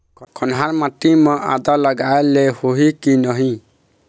कन्हार माटी म आदा लगाए ले होही की नहीं?